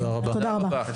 תודה רבה.